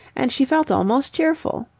and she felt almost cheerful.